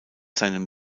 seinem